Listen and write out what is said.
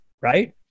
right